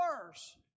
worse